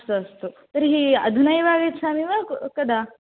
अस्तु अस्तु तर्हि अधुना एव आगच्छामि वा कदा